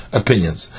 opinions